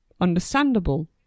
understandable